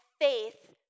faith